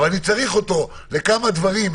אבל אני צריך אותו לכמה דברים,